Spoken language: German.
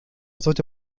sollte